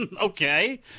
Okay